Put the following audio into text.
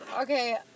Okay